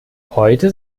heute